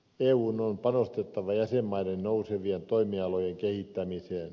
eun on panostettava jäsenmaiden nousevien toimialojen kehittämiseen